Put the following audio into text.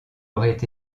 aurait